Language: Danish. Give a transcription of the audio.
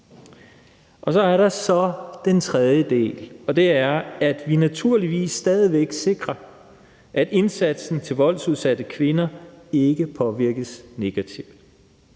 tredje del af lovforslaget er, at vi naturligvis stadig væk sikrer, at indsatsen til voldsudsatte kvinder ikke påvirkes negativt.